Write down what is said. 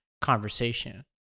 conversation